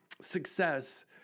success